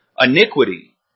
iniquity